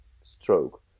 stroke